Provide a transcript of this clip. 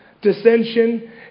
dissension